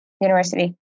university